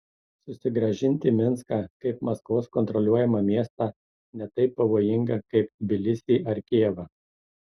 susigrąžinti minską kaip maskvos kontroliuojamą miestą ne taip pavojinga kaip tbilisį ar kijevą